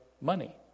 money